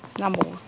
नांबावो